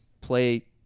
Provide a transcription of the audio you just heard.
play